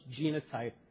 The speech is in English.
genotype